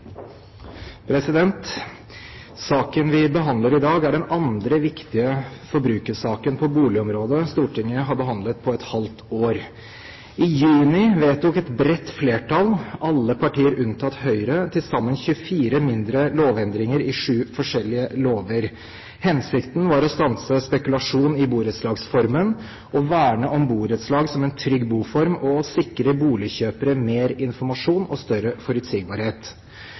Saken vi behandler i dag, er den andre viktige forbrukersaken på boligområdet Stortinget har behandlet på et halvt år. I juni vedtok et bredt flertall, alle partier unntatt Høyre, til sammen 24 mindre lovendringer i sju forskjellige lover. Hensikten var å stanse spekulasjon i borettslagsformen, å verne om borettslag som en trygg boform, og å sikre boligkjøpere mer